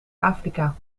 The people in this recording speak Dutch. afrika